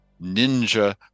ninja